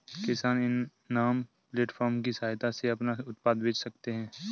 किसान इनाम प्लेटफार्म की सहायता से अपना उत्पाद बेच सकते है